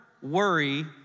worry